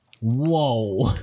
whoa